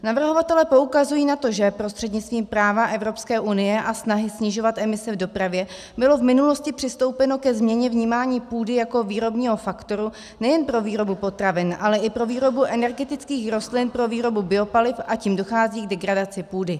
Navrhovatelé poukazují na to, že prostřednictvím práva Evropské unie a snahy snižovat emise v dopravě bylo v minulosti přistoupeno ke změně vnímání půdy jako výrobního faktoru nejen pro výrobu potravin, ale i pro výrobu energetických rostlin pro výrobu biopaliv, a tím dochází k degradaci půdy.